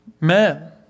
Men